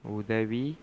உதவி